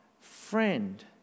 friend